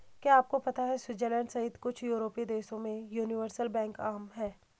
क्या आपको पता है स्विट्जरलैंड सहित कुछ यूरोपीय देशों में यूनिवर्सल बैंकिंग आम है?